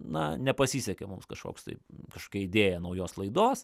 na nepasisekė mums kažkoks tai kažkokia idėja naujos laidos